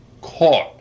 Caught